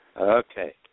Okay